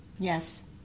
Yes